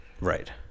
Right